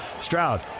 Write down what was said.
Stroud